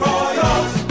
Royals